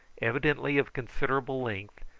evidently of considerable length,